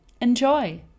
Enjoy